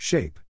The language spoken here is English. Shape